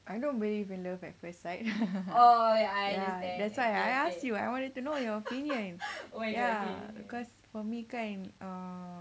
I don't believe in love at first sight ya that's why I ask you I wanted to know your opinion ya because for me kan uh